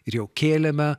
ir jau kėlėme